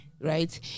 right